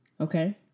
Okay